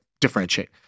differentiate